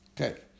Okay